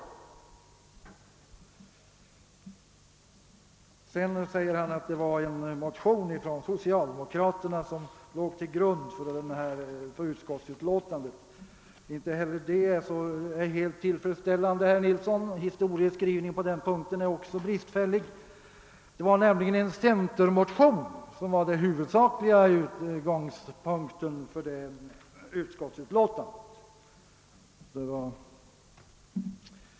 Vidare påstår herr Nilsson i Östersund att det var en motion från socialdemokraterna som låg till grund för bankoutskottets utlåtande. <Historieskrivningen är också på denna punkt bristfällig. Det var nämligen en centermotion som var det huvudsakliga underlaget för detta utskottsutlåtande.